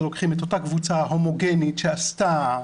לוקחים את אותה קבוצה הומוגנית שעשתה,